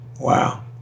Wow